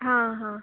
हां हां